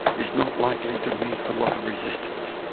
is not likely to meet a lot of resistance.